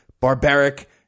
barbaric